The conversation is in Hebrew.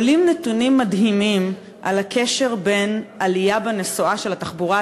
עולים נתונים מדהימים על הקשר בין עלייה בנסועה של התחבורה